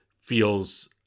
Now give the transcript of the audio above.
feels